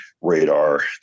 radar